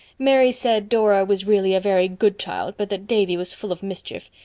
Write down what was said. mary said dora was really a very good child but that davy was full of mischief.